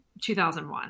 2001